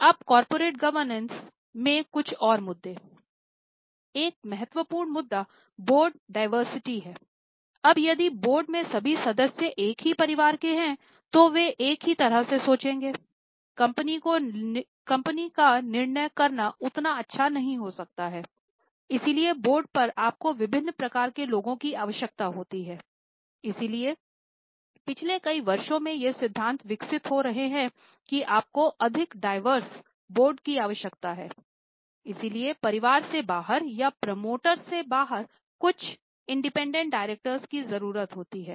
अब corporate governance directors की जरूरत होती है